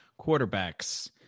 quarterbacks